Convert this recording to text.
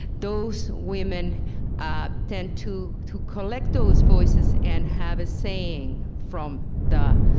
those women tend to to collect those voices and have a saying from the